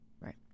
Right